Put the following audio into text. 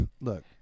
look